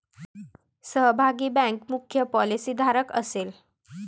सहभागी बँक मुख्य पॉलिसीधारक असेल